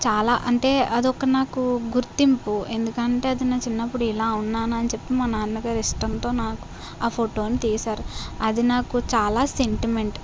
చాలా అంటే అది ఒక నాకు గుర్తింపు ఎందుకంటే అది నా చిన్నప్పుడు ఇలా ఉన్నాను అని చెప్పి మా నాన్నగారు ఇష్టంతో నాకు ఆ ఫోటోను తీశారు అది నాకు చాలా సెంటిమెంట్